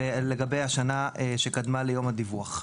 ולגבי השנה שקדמה ליום הדיווח.